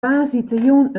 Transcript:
woansdeitejûn